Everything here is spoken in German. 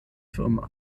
firma